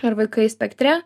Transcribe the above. ir vaikai spektre